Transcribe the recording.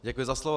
Děkuji za slovo.